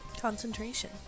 Concentration